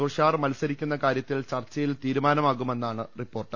തുഷാർ മത്സരിക്കുന്ന കാരൃത്തിൽ ചർച്ചയിൽ തീരുമാനമാകുമെന്നാണ് റിപ്പോർട്ട്